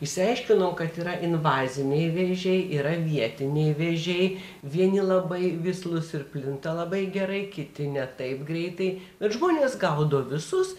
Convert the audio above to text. išsiaiškinau kad yra invaziniai vėžiai yra vietiniai vėžiai vieni labai vislūs ir plinta labai gerai kiti ne taip greitai bet žmonės gaudo visus